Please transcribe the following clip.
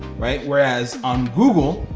whereas on google,